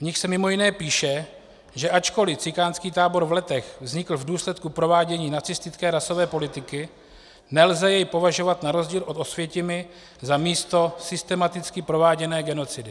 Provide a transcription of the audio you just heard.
V nich se mimo jiné píše, že ačkoliv cikánský tábor v Letech vznikl v důsledku provádění nacistické rasové politiky, nelze jej považovat na rozdíl od Osvětimi za místo systematicky prováděné genocidy.